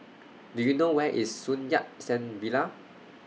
Do YOU know Where IS Sun Yat Sen Villa